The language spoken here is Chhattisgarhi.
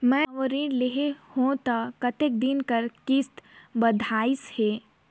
मैं हवे ऋण लेहे हों त कतेक दिन कर किस्त बंधाइस हे?